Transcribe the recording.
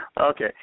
Okay